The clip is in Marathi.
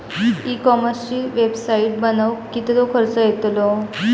ई कॉमर्सची वेबसाईट बनवक किततो खर्च येतलो?